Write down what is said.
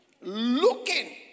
looking